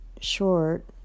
short